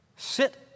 Sit